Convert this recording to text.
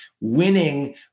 winning